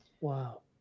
Wow